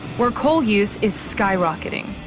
where coal use is skyrocketing.